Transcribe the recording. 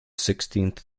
sixteenth